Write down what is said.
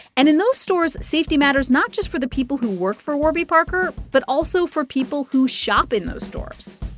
and in those stores, safety matters not just for the people who work for warby parker but also for people who shop in those stores